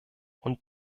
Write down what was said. und